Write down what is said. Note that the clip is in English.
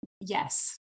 Yes